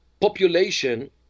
population